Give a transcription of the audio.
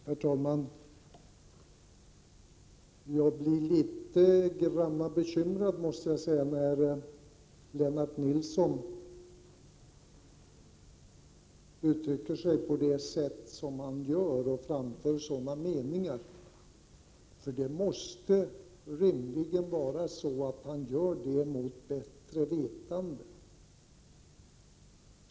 Herr talman! Jag blir litet bekymrad när Lennart Nilsson uttrycker sig som han gör och framför denna uppfattning. Det måste han rimligen göra mot bättre vetande.